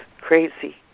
crazy